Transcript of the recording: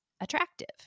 attractive